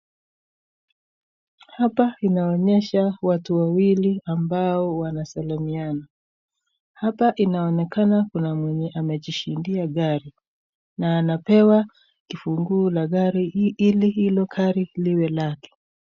Hapa inaonyesha watu wawili ambao wanasalimiana, hapa inaonekana kuna mwenye amejishindia gari na anapewa kifunguu na gari hili hilo gari liwe lake.